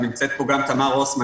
נמצאת פה גם תמר רוסמן,